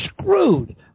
screwed